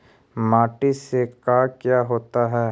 माटी से का क्या होता है?